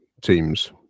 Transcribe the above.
teams